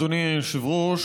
אדוני היושב-ראש,